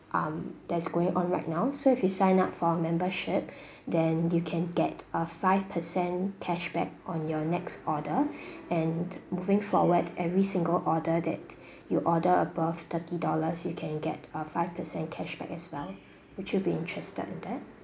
um that's going on right now so if you sign up for membership then you can get a five percent cashback on your next order and moving forward every single order that you order above thirty dollars you can get a five percent cashback as well would you be interested in that